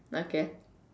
okay